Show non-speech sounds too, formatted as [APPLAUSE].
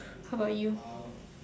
how about you [BREATH]